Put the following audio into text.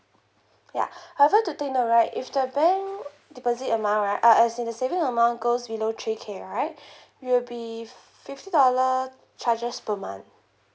ya however to take note right if the bank deposit amount right uh as in the saving amount goes below three K right it'll be fifty dollar charges per month